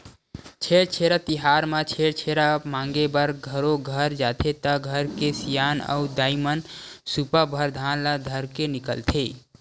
छेरछेरा तिहार म छेरछेरा मांगे बर घरो घर जाथे त घर के सियान अऊ दाईमन सुपा भर धान ल धरके निकलथे